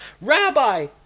Rabbi